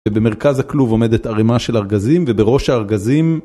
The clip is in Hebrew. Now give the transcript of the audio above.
ובמרכז הכלוב עומדת ערימה של ארגזים, ובראש הארגזים...